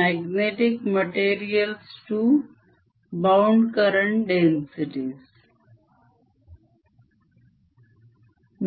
magnetic materials II bound current densities